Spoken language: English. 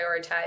prioritize